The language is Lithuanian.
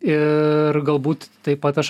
ir galbūt taip pat aš